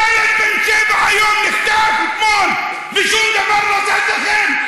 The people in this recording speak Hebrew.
ילד בן שבע נחטף אתמול ושום דבר לא זז אצלכם?